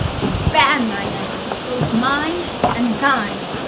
and banne thine enemies, both mine and thine